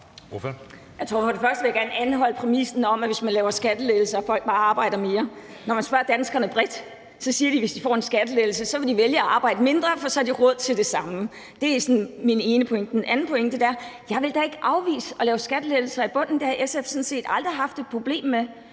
det første vil jeg gerne anholde præmissen om, at hvis man laver skattelettelser, arbejder folk bare mere. Når man spørger danskerne bredt, siger de, at hvis de får en skattelettelse, vil de vælge at arbejde mindre, for så har de råd til det samme. Det er min ene pointe. Den anden pointe er, at jeg da ikke vil afvise at lave skattelettelser i bunden. Det har SF sådan set aldrig haft et problem med.